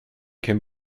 can